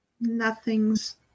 nothing's